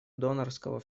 донорского